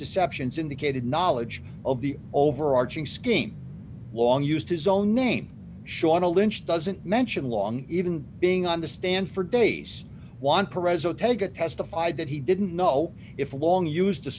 deceptions indicated knowledge of the overarching scheme long used his own name shauna lynch doesn't mention long even being on the stand for days one present tega testified that he didn't know if wong used t